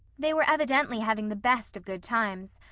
they were evidently having the best of good times,